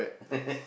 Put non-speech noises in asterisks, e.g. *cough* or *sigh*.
*laughs*